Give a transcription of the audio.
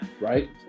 right